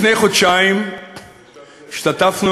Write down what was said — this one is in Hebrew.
לפני חודשיים השתתפנו,